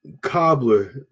cobbler